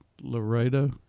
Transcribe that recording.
Laredo